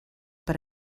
per